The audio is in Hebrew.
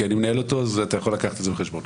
אני מנהל אותו אז אתה יכול לקחת את זה בחשבון.